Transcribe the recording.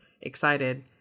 excited